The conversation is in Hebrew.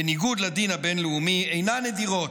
בניגוד לדין הבין-לאומי, אינן נדירות,